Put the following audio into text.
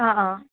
ꯑꯥ ꯑꯥ